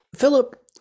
Philip